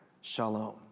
shalom